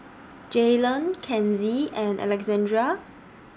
Jaylan Kenzie and Alexandrea